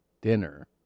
dinner